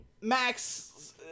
Max